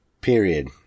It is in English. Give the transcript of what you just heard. Period